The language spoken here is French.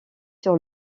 sur